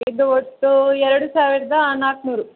ಇದು ಒಟ್ಟೂ ಎರಡು ಸಾವಿರದ ನಾಲ್ಕು ನೂರು